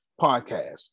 podcast